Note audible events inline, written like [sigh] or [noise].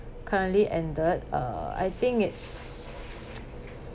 currently ended uh I think it's [noise]